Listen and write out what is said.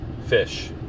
fish